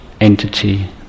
entity